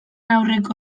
aurreko